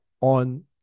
on